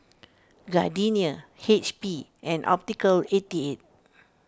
Gardenia H P and Optical eighty eight